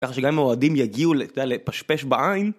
ככה שגם אם האוהדים יגיעו לפשפש בעין